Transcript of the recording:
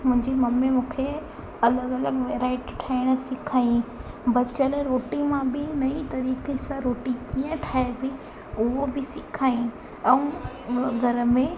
मुंहिंजी मम्मी मूंखे अलॻि अलॻि वैरायटी ठाहिण सेखारियई बचियल रोटी मां बि नई तरीक़े सां रोटी कीअं ठाहिबी उहा बि सेखारियई ऐं उहा घर में